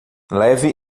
leve